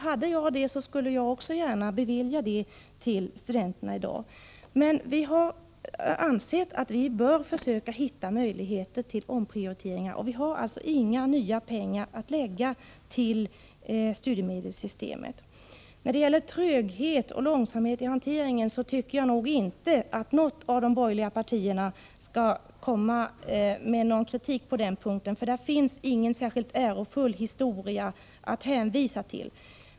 Hade jag möjlighet skulle jag gärna bevilja studenterna detta, men vi har ansett att man bör försöka hitta möjligheter till omprioriteringar, och vi har alltså inte några nya pengar att lägga på studiemedelssystemet. Beträffande frågan om tröghet och långsamhet i hanteringen tycker jag inte att någon från de borgerliga partierna skall komma med kritik. Det finns här inte någon speciellt ärofull historia att hänvisa till.